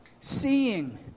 Seeing